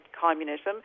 communism